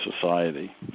society